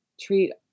treat